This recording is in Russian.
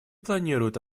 планирует